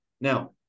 Now